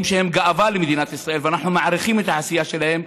שהם גאווה למדינת ישראל ואנחנו מעריכים את העשייה שלהם.